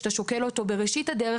כשאתה שוקל אותו בראשית הדרך,